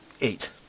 Eight